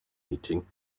meeting